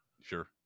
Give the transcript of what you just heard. sure